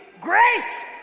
Grace